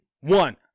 one